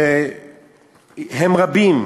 והם רבים,